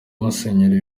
musenyeri